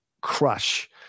crush